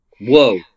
Whoa